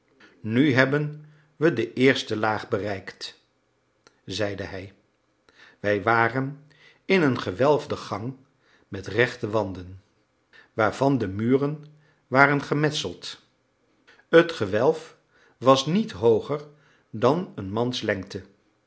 nu hebben we de eerste laag bereikt zeide hij wij waren in een gewelfde gang met rechte wanden waarvan de muren waren gemetseld het gewelf was niet hooger dan een